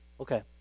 Okay